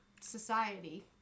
society